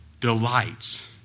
delights